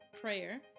Prayer